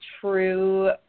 true